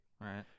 right